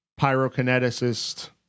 pyrokineticist